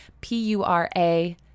P-U-R-A